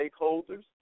stakeholders